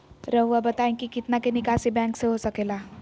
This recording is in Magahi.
रहुआ बताइं कि कितना के निकासी बैंक से हो सके ला?